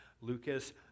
Lucas